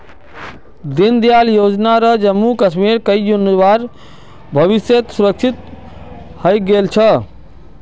दीनदयाल योजना स जम्मू कश्मीरेर कई नौजवानेर भविष्य सुरक्षित हइ गेल छ